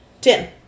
ten